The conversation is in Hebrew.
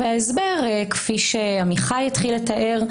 וההסבר כפי שעמיחי התחיל לתאר,